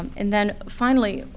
and then finally,